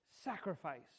sacrifice